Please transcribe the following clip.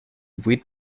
vuit